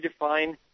redefine